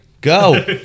Go